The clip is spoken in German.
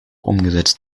umgesetzt